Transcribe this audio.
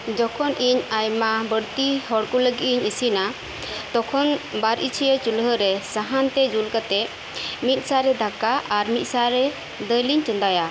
ᱡᱚᱠᱷᱚᱱ ᱤᱧ ᱟᱭᱢᱟ ᱵᱟᱹᱲᱛᱤ ᱦᱚᱲ ᱠᱚ ᱞᱟᱹᱜᱤᱫ ᱤᱧ ᱤᱥᱤᱱᱟ ᱛᱚᱠᱷᱚᱱ ᱵᱟᱨ ᱤᱪᱷᱟᱹᱭᱟᱹ ᱪᱩᱞᱦᱟᱹ ᱨᱮ ᱥᱟᱦᱟᱱ ᱛᱮ ᱡᱩᱞ ᱠᱟᱛᱮ ᱢᱤᱫ ᱥᱟᱨᱮ ᱫᱟᱠᱟ ᱟᱨ ᱢᱤᱫ ᱥᱟᱨᱮ ᱫᱟᱹᱞᱤᱧ ᱪᱚᱫᱟᱭᱟ